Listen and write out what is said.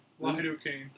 Lidocaine